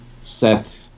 set